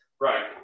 Right